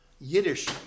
Yiddish